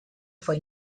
fue